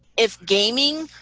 if gaming,